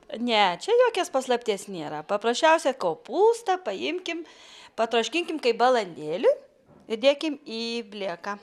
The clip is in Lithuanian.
ne čia jokios paslapties nėra paprasčiausią kopūstą paimkim patroškinkim kaip balandėlį įdėkime į blėką